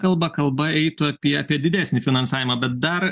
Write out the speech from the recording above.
kalba kalba eitų apie apie didesnį finansavimą bet dar